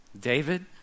David